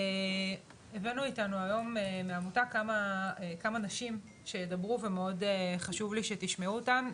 הבאנו איתנו היום מהעמותה כמה נשים שידברו ומאוד חשוב לי שתשמעו אותן,